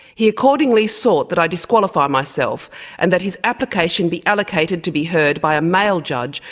he accordingly sought that i disqualify myself and that his application be allocated to be heard by a male judge,